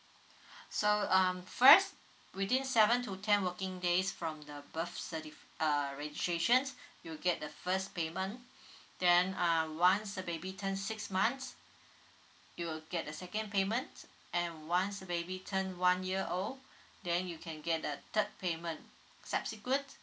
so um first within seven to ten working days from the birth certif~ uh registration you'll get the first payment then um once the baby turns six months you will get the second payment and once baby turn one year old then you can get the third payment subsequent